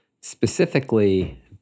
specifically